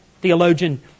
Theologian